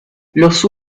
los